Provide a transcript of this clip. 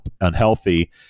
unhealthy